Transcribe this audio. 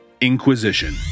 Inquisition